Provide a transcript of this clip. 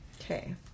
Okay